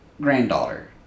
granddaughter